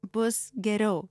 bus geriau